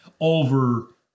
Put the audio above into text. over